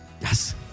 Yes